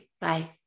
Bye